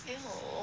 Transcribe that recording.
!eww!